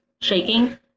shaking